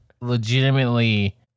legitimately